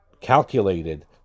calculated